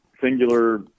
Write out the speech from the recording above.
singular